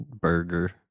burger